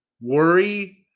worry